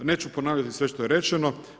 Neću ponavljati sve što je rečeno.